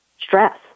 Stress